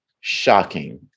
Shocking